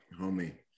homie